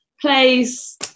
place